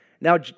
Now